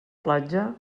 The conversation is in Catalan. platja